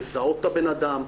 לזהות את הבן אדם,